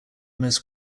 most